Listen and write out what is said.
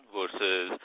versus